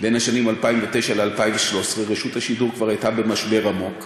בין השנים 2009 ו-2013 רשות השידור כבר הייתה במשבר עמוק,